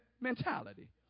mentality